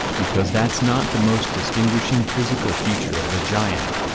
because that's not the most distinguishing physical feature of the giant.